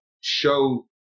show